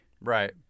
right